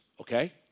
okay